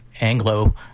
Anglo